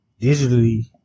digitally